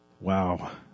Wow